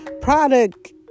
product